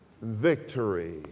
victory